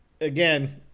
again